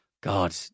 God